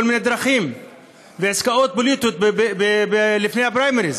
מיני דרכים ועסקאות פוליטיות לפני הפריימריז.